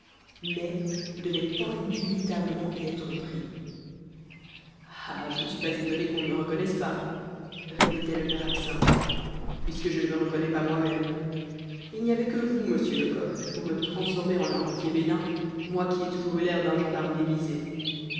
mai devait indubitablement y être pris ah je ne suis pas étonné qu'on ne me reconnaisse pas répétait le père absinthe puisque je ne me reconnais pas moi-même il n'y avait que vous monsieur lecoq pour me transformer en un rentier bénin moi qui ai toujours eu l'air d'un gendarme déguisé